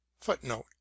Footnote